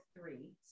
three